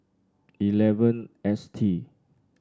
eleven S T